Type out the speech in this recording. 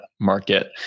market